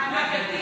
הנגדים.